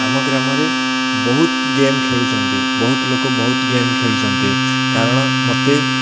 ଆମ ଗ୍ରାମରେ ବହୁତ ଗେମ୍ ଖେଳୁଛନ୍ତି ବହୁତ ଲୋକ ବହୁତ ଗେମ୍ ଖେଳୁଛନ୍ତି କାରଣ ମୋତେ